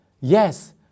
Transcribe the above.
Yes